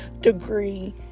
degree